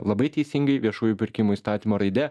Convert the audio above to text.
labai teisingai viešųjų pirkimų įstatymo raide